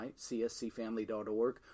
cscfamily.org